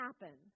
happen